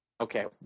Okay